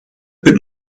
bit